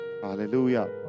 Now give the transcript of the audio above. hallelujah